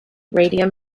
radium